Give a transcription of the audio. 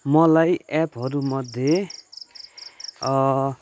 मलाई एपहरूमध्ये